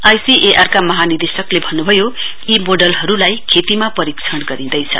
आईसीएआरका महानिदेशकले भन्नुभयो यी मोडलहरूलाई खेतीमा परीक्षण गरिँदैछ